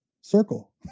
circle